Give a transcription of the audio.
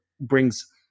brings